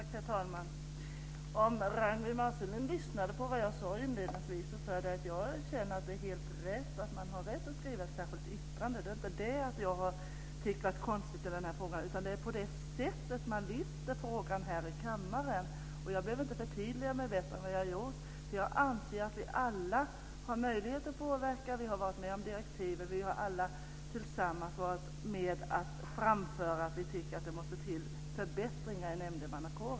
Herr talman! Om Ragnwi Marcelind lyssnade på vad jag sade inledningsvis kunde hon höra att jag sade att jag känner att det är helt rätt att man har rätt att skriva ett särskilt yttrande. Det är inte det som jag har tyckt varit konstigt i den här frågan, utan det är det sätt som man lyfter frågan på här i kammaren. Jag behöver inte förtydliga mig bättre än vad jag har gjort. Jag anser nämligen att vi alla har möjlighet att påverka. Vi har varit med om direktiven. Vi har alla tillsammans varit med om att framföra att vi tycker att det måste till förbättringar i nämndemannakåren.